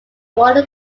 wonder